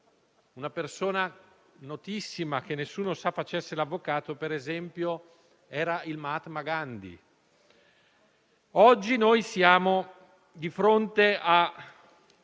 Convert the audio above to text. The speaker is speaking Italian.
Una persona notissima - che nessuno sa facesse l'avvocato, per esempio - era il *mahatma* Gandhi. Oggi siamo di fronte a